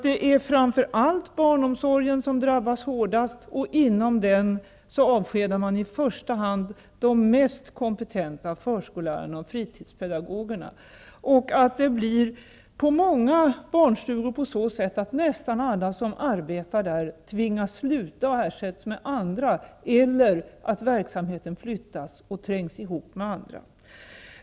Det är framför allt barnomsorgen som drabbas hårdast, och inom den avskedar man i första hand de mest kompetenta förskollärarna och fritidspedagogerna. På många barnstugor tvingas nästan alla som arbetar där att sluta. De skall ersättas med andra, samtidigt som verksamheten flyttas.